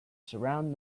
surround